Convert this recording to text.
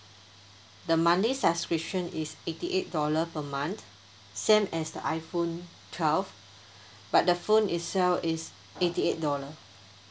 the monthly subscription is eighty eight dollar per month same as the iPhone twelve but the phone itself is eighty eight dollar